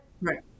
Right